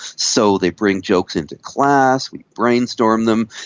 so they bring jokes into class, we brainstorm them,